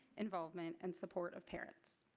involvement and support of parents.